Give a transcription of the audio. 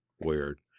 Weird